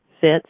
fits